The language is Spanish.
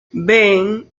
ben